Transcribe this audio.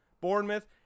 Bournemouth